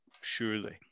Surely